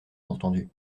entendue